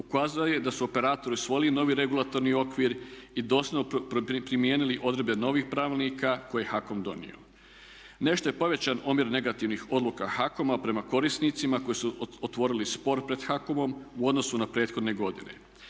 ukazao je da su operatori usvojili novi regulatorni okvir i doslovno primijenili odredbe novih pravilnika koje je HAKOM donio. Nešto je povećan omjer negativnih odluka HAKOM-a prema korisnicima koji su otvorili spor pred HAKOM-om u odnosu na prethodne godine,